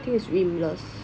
这个 rimless